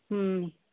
हम्म